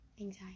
anxiety